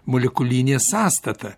molekulinė sąstata